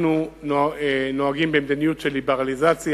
אנחנו נוהגים מדיניות של ליברליזציה,